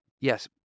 Yes